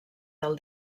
del